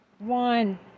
One